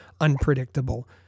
unpredictable